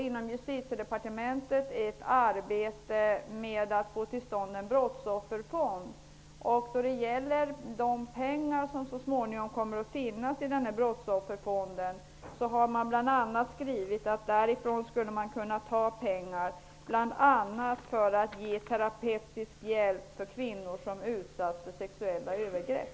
Inom Justitiedepartementet pågår det ett arbete med att få till stånd en brottsofferfond. Då det gäller de pengar som så småningom kommer att finnas i den brottsofferfonden har man skrivit att man därifrån skulle kunna ta pengar för att bl.a. ge terapeutisk hjälp till kvinnor som utsatts för sexuella övergrepp.